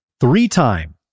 Three-time